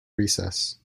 recess